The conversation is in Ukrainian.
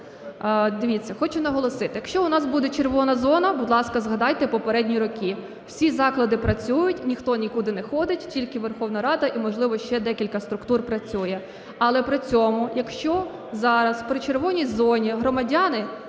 Дивіться, хочу наголосити, якщо у нас буде "червона" зона, будь ласка, згадайте попередні роки. Всі заклади працюють, ніхто нікуди не ходить, тільки Верховна Рада і, можливо, ще декілька структур працює. Але при цьому, якщо зараз при "червоній" зоні громадяни